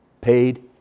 Paid